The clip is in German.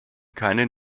keinen